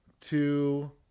two